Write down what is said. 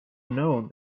known